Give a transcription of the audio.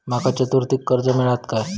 माका चतुर्थीक कर्ज मेळात काय?